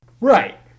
Right